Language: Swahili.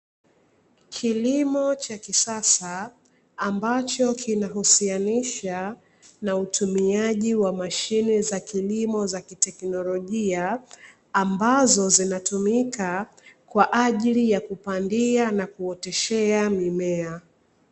Kilimo cha kisasa ambacho kinahusianisha na utumiaji wa mashine za kilimo za kiteknolojia, ambazo zinatumika kwa ajili ya kuapandia na kuoteshea mimea.